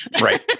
Right